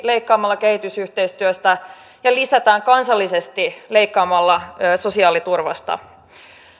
leikkaamalla kehitysyhteistyöstä ja kansallisesti leikkaamalla sosiaaliturvasta